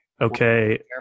okay